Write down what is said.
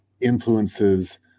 influences